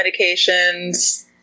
medications